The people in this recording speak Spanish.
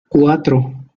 cuatro